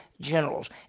generals